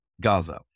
Gaza